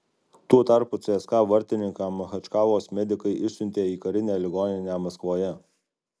tuo tarpu cska vartininką machačkalos medikai išsiuntė į karinę ligoninę maskvoje